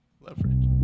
leverage